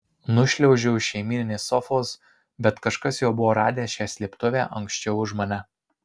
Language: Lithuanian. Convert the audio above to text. nušliaužiau už šeimyninės sofos bet kažkas jau buvo radęs šią slėptuvę anksčiau už mane